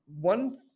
One